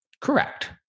Correct